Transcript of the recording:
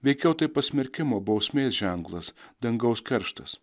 veikiau tai pasmerkimo bausmės ženklas dangaus kerštas